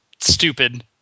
stupid